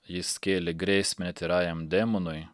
jis kėlė grėsmę tyrajam demonui